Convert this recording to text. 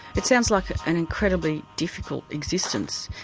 it sounds like an incredibly difficult existence,